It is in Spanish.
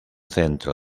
centro